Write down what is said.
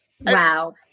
Wow